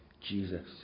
Jesus